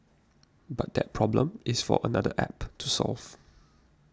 but that problem is for another App to solve